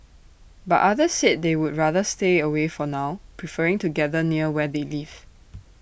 but others said they would rather stay away for now preferring to gather near where they live